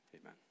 Amen